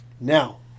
Now